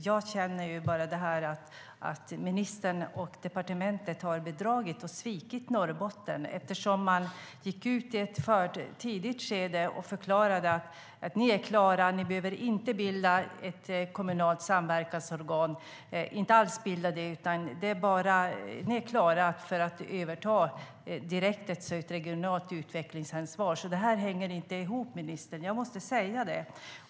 Jag känner bara att ministern och departementet har bedragit och svikit Norrbotten, eftersom man gick ut i ett tidigt skede och förklarade: Ni behöver inte alls bilda ett kommunalt samverkansorgan, för ni är klara för att direkt överta ett regionalt utvecklingsansvar. Det här hänger inte ihop, ministern. Jag måste säga det.